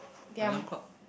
alarm clock